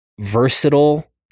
versatile